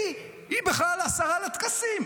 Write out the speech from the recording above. היא בכלל השרה לטקסים.